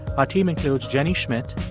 our team includes jenny schmidt,